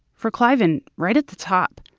for cliven, right at the top.